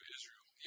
Israel